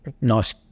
Nice